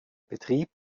betrieb